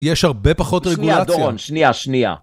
‫יש הרבה פחות רגולציה. ‫שנייה, דורון, שנייה, שנייה.